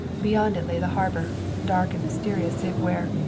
beyond it lay the harbor, dark and mysterious save where,